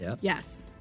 Yes